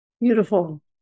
Beautiful